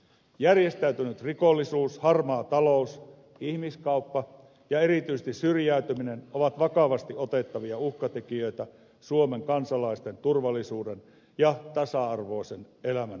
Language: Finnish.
järjestäytynyt rikollisuus harmaa talous ihmiskauppa ja erityisesti syrjäytyminen ovat vakavasti otettavia uhkatekijöitä suomen kansalaisten turvallisuuden ja tasa arvoisen elämän näkökulmasta